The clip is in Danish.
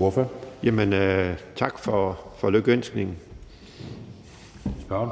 Ole Birk Olesen (LA):